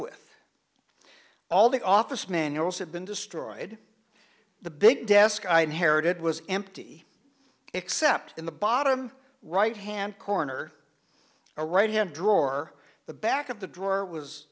with all the office manuals had been destroyed the big desk i inherited was empty except in the bottom right hand corner or right hand drawer the back of the drawer was